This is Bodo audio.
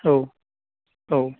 औ औ